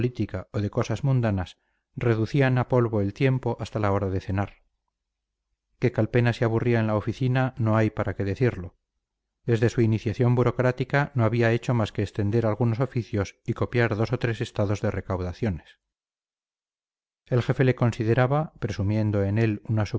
o de cosas mundanas reducían a polvo el tiempo hasta la hora de cenar que calpena se aburría en la oficina no hay para qué decirlo desde su iniciación burocrática no había hecho más que extender algunos oficios y copiar dos o tres estados de recaudaciones el jefe le consideraba presumiendo en él una